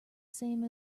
same